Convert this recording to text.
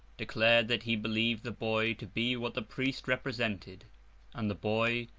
declared that he believed the boy to be what the priest represented and the boy,